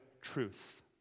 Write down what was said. truth